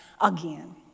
again